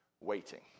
waiting